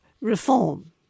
reform